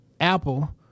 Apple